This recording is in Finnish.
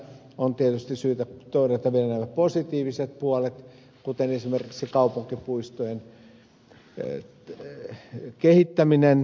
on tietysti syytä todeta vielä nämä positiiviset puolet kuten esimerkiksi kansallisten kaupunkipuistojen kehittäminen